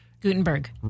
Gutenberg